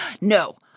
No